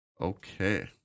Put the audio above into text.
Okay